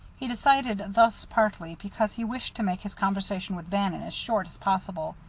he decided thus partly because he wished to make his conversation with bannon as short as possible,